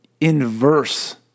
inverse